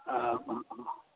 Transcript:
आम्